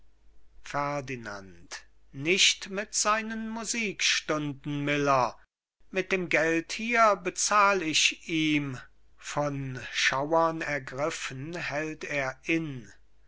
ferdinand nicht mit seinen musikstunden miller mit dem geld hier bezahl ich ihm von schauern ergriffen hält er